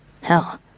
Hell